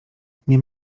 nie